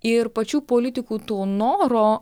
ir pačių politikų to noro